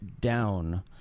down